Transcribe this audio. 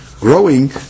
growing